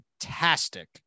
fantastic